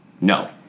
no